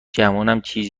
چیزیش